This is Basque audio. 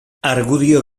argudio